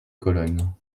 colonnes